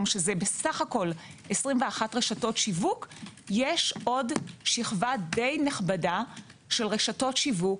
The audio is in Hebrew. שזה סך הכול 21 רשתות שיווק יש עוד שכבה די נכבדה של רשתות שיווק,